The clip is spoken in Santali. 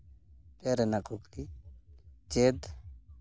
ᱯᱮ ᱨᱮᱱᱟᱜ ᱠᱩᱠᱞᱤ ᱪᱮᱫ